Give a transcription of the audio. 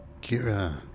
Kira